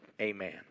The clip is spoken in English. Amen